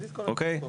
אוקיי?